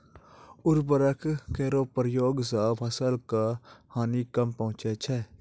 उर्वरक केरो प्रयोग सें फसल क हानि कम पहुँचै छै